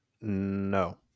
No